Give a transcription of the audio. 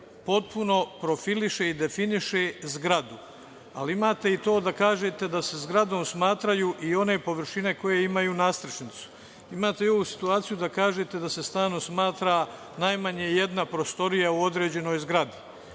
potpuno profiliše i definiše zgradu, ali imate i to da kažete da se zgradom smatraju i one površine koje imaju nadstrešnicu. Imate i ovu situaciju da kažete da se stanom smatra najmanje jedna prostorija u određenoj zgradi.